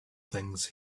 things